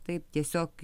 taip tiesiog